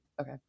okay